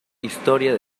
historia